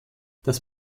das